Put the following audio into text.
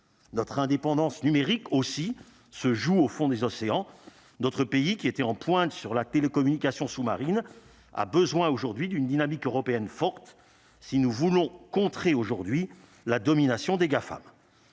notre indépendance numérique aussi se joue au fond des océans d'autres pays qui étaient en pointe sur la télécommunication sous- marine a besoin aujourd'hui d'une dynamique européenne forte, si nous voulons contrer aujourd'hui la domination des Gafam.